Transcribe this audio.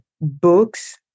books